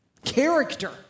Character